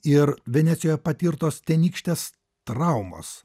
ir venecijoje patirtos tenykštės traumos